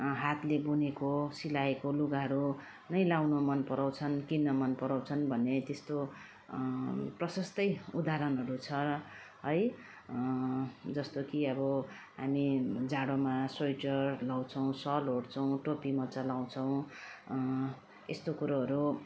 हातले बुनेको सिलाएको लुगाहरू नै लगाउनु मन पराउँछन् किन मन पराउँछन् भन्ने त्यस्तो प्रशस्तै उदाहरणहरू छ है जस्तो कि अब हामी जाडोमा स्वेटर लगाउँछौँ सल ओढ्छौँ टोपी मोजा लगाउँछौँ यस्तो कुरोहरू